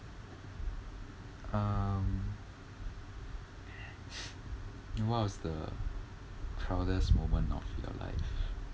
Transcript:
um what was the proudest moment of your life